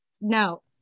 no